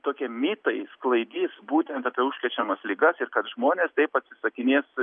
tokie mitai sklaidys būtent apie užkrečiamas ligas ir kad žmonės taip atsisakinės